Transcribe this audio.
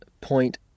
point